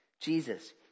Jesus